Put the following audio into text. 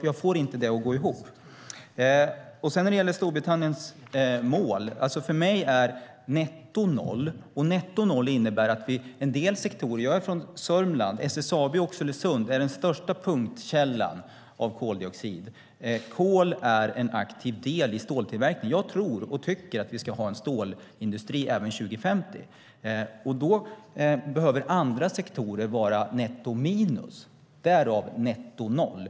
Jag får det inte att gå ihop. Sedan gällde det Storbritanniens mål och Sveriges mål nettonollutsläpp. Det handlar om olika sektorer. Jag är från Sörmland, och SSAB i Oxelösund är den största punktkällan av koldioxid. Kol är en aktiv del i ståltillverkningen. Jag tror och tycker att vi ska ha en stålindustri även 2050, och då behöver andra sektorer vara netto minus - därav netto noll.